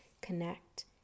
Connect